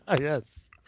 Yes